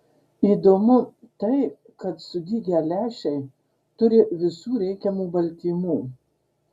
įdomu tai kad sudygę lęšiai turi visų reikiamų baltymų